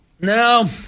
No